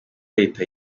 leta